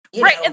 right